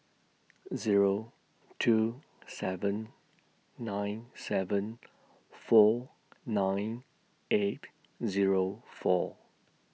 Zero two seven nine seven four nine eight Zero four